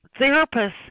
therapists